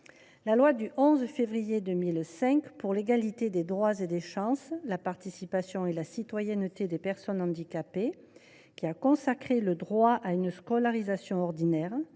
La loi du 11 février 2005 pour l’égalité des droits et des chances, la participation et la citoyenneté des personnes handicapées, qui a consacré le droit à une scolarisation ordinaire